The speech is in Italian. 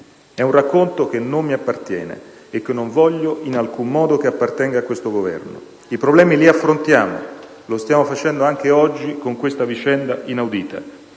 È un racconto che non mi appartiene e che non voglio in alcun modo che appartenga a questo Governo. I problemi li affrontiamo - e lo stiamo facendo anche oggi con questa vicenda inaudita